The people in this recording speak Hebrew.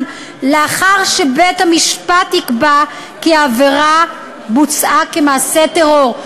לאחר שבית-המשפט יקבע כי העבירה בוצעה כמעשה טרור.